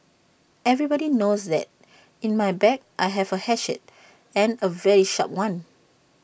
everybody knows that in my bag I have A hatchet and A very sharp one